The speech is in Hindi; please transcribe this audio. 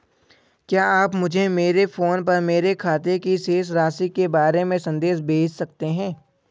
क्या आप मुझे मेरे फ़ोन पर मेरे खाते की शेष राशि के बारे में संदेश भेज सकते हैं?